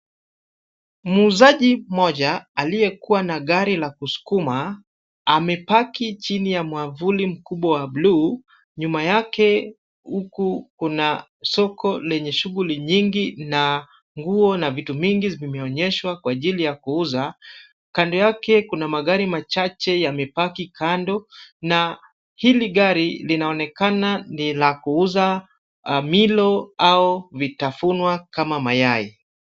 Muuzaji mmoja, aliyekuwa na gari la kusukuma, amepaki chini ya mwavuli mkubwa wa bluu. Nyuma yake huku kuna soko lenye shughuli nyingi na nguo na vitu mingi zimeonyeshwa kwa ajili ya kuuza. Kando yake kuna magari machache yamepaki kando na hili gari linaonekana ni la kuuza milo au mitafuno kama mayai.